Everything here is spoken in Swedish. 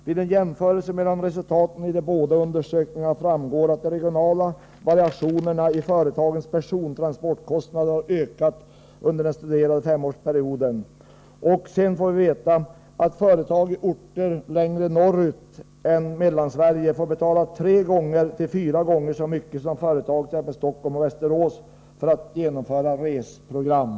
Vid en jämförelse mellan resultaten i de båda undersökningarna framgår, att de regionala variationerna i företagens persontransportkostnader har ökat under den studerade femårsperioden.” Sedan får vi veta att företag i orter längre norrut än Mellansverige får betala tre fyra gånger så mycket som företag i exempelvis Stockholm och Västerås för att genomföra resprogram.